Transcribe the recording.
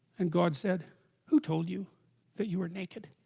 and god said who told you that you, were naked